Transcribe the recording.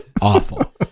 Awful